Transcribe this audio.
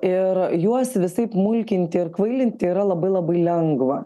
ir juos visaip mulkinti ir kvailinti yra labai labai lengva